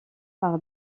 par